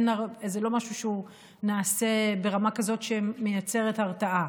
זה לא משהו שנעשה ברמה כזאת שמייצרת הרתעה.